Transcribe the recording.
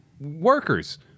workers